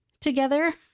together